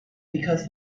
because